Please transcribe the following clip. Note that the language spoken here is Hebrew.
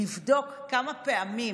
לבדוק כמה פעמים